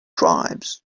tribes